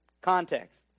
context